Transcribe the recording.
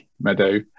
meadow